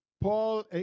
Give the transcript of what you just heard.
Paul